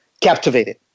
captivated